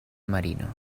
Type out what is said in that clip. marino